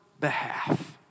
behalf